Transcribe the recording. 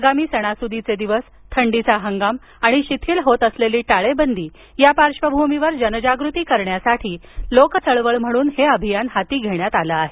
आगामी सणासुदीचे दिवस थंडीचा हंगाम आणि शिथिल होत असलेली टाळेबंदी या पार्श्वभूमीवर जनजागृती करण्यासाठी लोक चळवळ म्हणून हे अभियान हाती घेण्यात आलं आहे